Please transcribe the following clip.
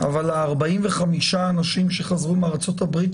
אבל ה-45 אנשים שחזרו מאומתים מארצות הברית,